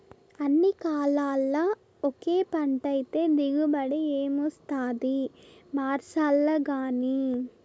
అన్ని కాలాల్ల ఒకే పంటైతే దిగుబడి ఏమొస్తాది మార్సాల్లగానీ